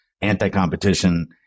anti-competition